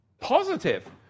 positive